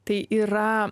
tai yra